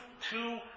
two